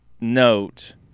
note